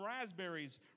raspberries